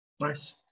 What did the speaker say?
Nice